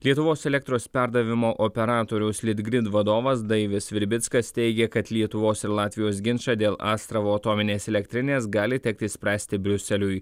lietuvos elektros perdavimo operatoriaus litgrid vadovas dainius virbickas teigė kad lietuvos ir latvijos ginčą dėl astravo atominės elektrinės gali tekti spręsti briuseliui